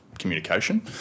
communication